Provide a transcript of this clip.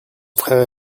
frère